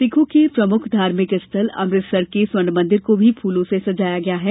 सिखों के प्रमुख धार्मिक स्थल अमृतसर के स्वर्ण मॅदिर को भी फूलों से सजाया गया है